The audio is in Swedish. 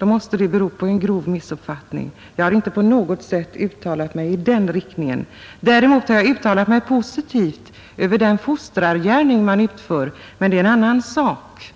måste det bero på en grov missuppfattning. Jag har inte på något sätt uttalat mig i den riktningen. Däremot har jag uttalat mig positivt om den fostrargärning som utförs, men det är en annan sak.